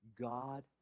God